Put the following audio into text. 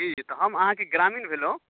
जी जी तऽ हम अहाँके ग्रामीण भेलहुँ